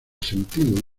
sentido